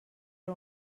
era